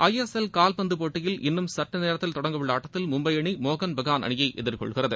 ஐ S L கால்பந்து போட்டியில் இன்னும் சற்று நேரத்தில் தொடங்க உள்ள ஆட்டத்தில் மும்பை அணி மோகன் பெகான் அணியை எதிர்கொள்கிறது